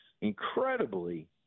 incredibly